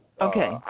Okay